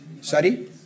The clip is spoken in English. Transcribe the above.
Sorry